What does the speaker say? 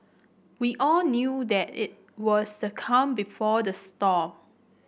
we all knew that it was the calm before the storm